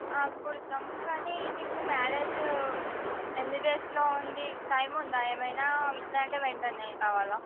కుడుతాము కానీ మీకు మ్యారేజ్ ఎన్ని డేస్లో ఉంది టైం ఉందా ఏమైనా లేదంటే వెంటనే కావాలా